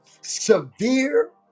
Severe